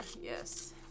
Yes